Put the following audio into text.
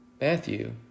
Matthew